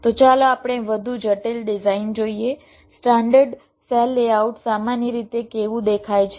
તો ચાલો આપણે વધુ જટિલ ડિઝાઇન જોઈએ સ્ટાન્ડર્ડ સેલ લેઆઉટ સામાન્ય રીતે કેવું દેખાય છે